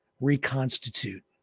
reconstitute